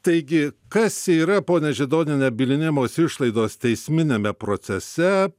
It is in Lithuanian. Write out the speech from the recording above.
taigi kas yra ponia židoniene bylinėjimosi išlaidos teisminiame procese